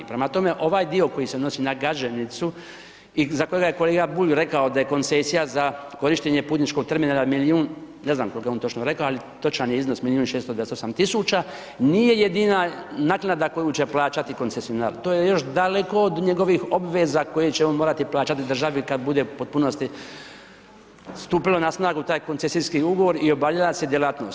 Prema tome, ovaj dio koji se odnosi na Gaženicu i za kojega je kolega Bulj rekao da je koncesija za korištenje putničkog terminala milijun, ne znam kolko je on točno rekao, ali točan je iznos 1.628.000 nije jedina naknada koju će plaćati koncesionar to je još daleko od njegovih obveza koje će on morati plaćati državi kad bude u potpunosti stupilo na snagu taj koncesijski ugovor i obavljala se djelatnost.